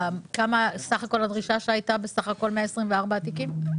כמה סך הכול הדרישה שהייתה, בסך הכול 124 תיקים?